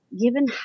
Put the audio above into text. given